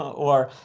or.